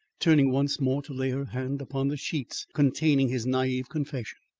turning once more to lay her hand upon the sheets containing his naive confession.